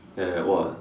that one